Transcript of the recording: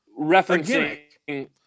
referencing